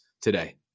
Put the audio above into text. today